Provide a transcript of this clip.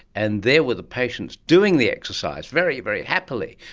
and there were the patients doing the exercise very, very happily.